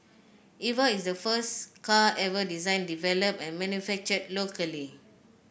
Eva is the first car ever designed developed and manufactured locally